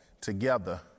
together